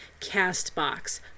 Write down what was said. CastBox